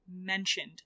mentioned